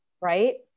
right